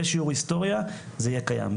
בשיעור היסטוריה זה יהיה קיים,